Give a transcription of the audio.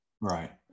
Right